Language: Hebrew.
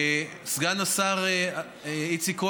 סגן השר איציק כהן,